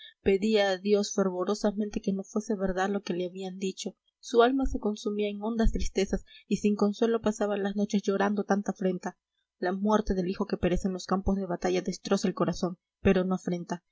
pedía a dios fervorosamente que no fuese verdad lo que le habían dicho su alma se consumía en hondas tristezas y sin consuelo pasaba las noches llorando tanta afrenta la muerte del hijo que perece en los campos de batalla destroza el corazón pero no afrenta